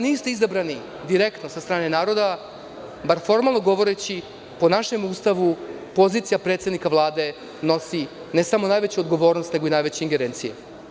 Niste izabrani direktno od strane naroda, bar formalno govoreći po našem Ustavu pozicija predsednika Vlade nosi najveću odgovornost i najveće ingerencije.